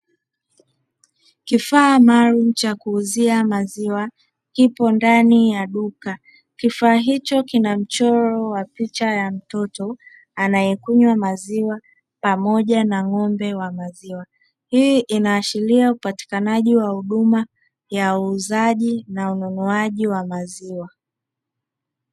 Kifaa maalumu cha kuuzia maziwa kipo ndani ya duka kifaa hicho kina mchoro wa picha ya mtoto, anayekunywa maziwa pamoja na ng’ombe wa maziwa, hii inaashiria upatikanaji wa huduma ya uuzaji na ununuaji wa maziwa.